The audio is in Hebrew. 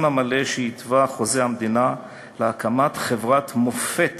המלא שהתווה חוזה המדינה לקמת חברת מופת